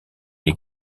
est